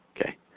Okay